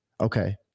Okay